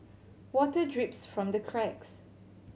water drips from the cracks